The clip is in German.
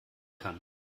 kann